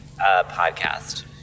podcast